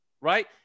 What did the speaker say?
right